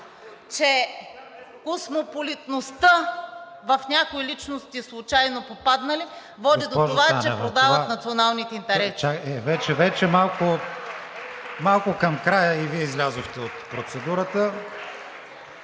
че космополитността в някои личности, случайно попаднали, води до това, че продават националните интереси.